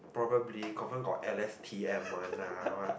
probably confirm got L_S_T_M one uh what